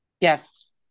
Yes